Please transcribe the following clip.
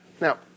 Now